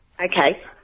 Okay